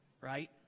Right